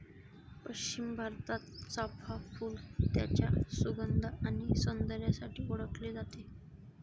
पश्चिम भारतात, चाफ़ा फूल त्याच्या सुगंध आणि सौंदर्यासाठी ओळखले जाते